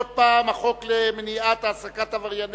עוד פעם החוק למניעת העסקה של עברייני